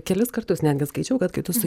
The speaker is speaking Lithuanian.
kelis kartus netgi skaičiau kad kai tu sui